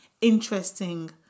interesting